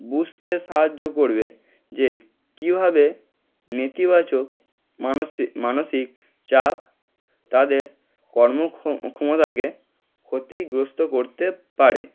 বুসতে সাহায্য করবে যে কিভাবে নেতিবাচক মানসিক মানসিক চাপ তাদের কর্ম ক্ষমতাকে ক্ষতিগ্রস্থ করতে পারে